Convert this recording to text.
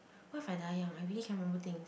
what if I die young I really can't remember things